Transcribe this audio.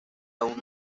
aún